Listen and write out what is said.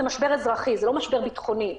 זה משבר אזרחי ולא משבר ביטחוני,